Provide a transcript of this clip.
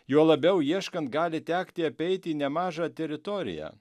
juo labiau ieškant gali tekti apeiti nemažą teritoriją